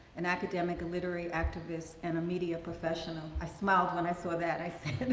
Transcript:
an academic literary activist, and a media professional. i smiled when i saw that, i said,